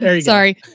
Sorry